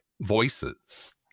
voices